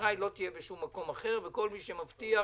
אשראי היא לא תהיה בשום מקום אחר ושכל מי שמבטיח